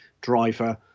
driver